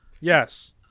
Yes